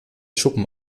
schuppen